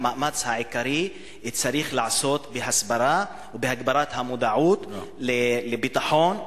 המאמץ העיקרי צריך להיעשות בהסברה ובהגברת המודעות לביטחון,